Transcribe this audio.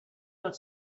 that